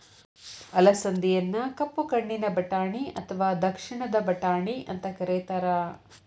ಅಲಸಂದಿಯನ್ನ ಕಪ್ಪು ಕಣ್ಣಿನ ಬಟಾಣಿ ಅತ್ವಾ ದಕ್ಷಿಣದ ಬಟಾಣಿ ಅಂತ ಕರೇತಾರ